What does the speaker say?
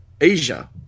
Asia